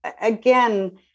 again